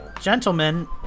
gentlemen